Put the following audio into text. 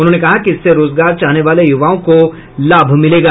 उन्होंने कहा कि इससे रोजगार चाहने वाले युवाओं को लाभ मिलेगा